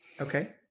Okay